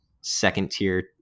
second-tier